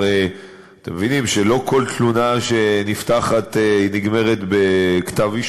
הרי אתם מבינים שלא כל תלונה שנפתחת נגמרת בכתב-אישום,